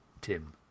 Tim